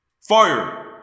Fire